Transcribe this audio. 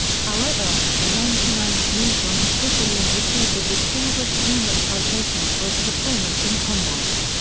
however, the ninety ninth moved on to sicily and received a distinguished unit citation for its performance in combat.